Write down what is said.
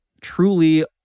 truly